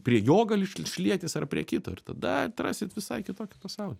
prie jo gali šlietis ar prie kito ir tada atrasit visai kitokį pasaulį